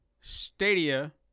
Stadia